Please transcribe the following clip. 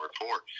report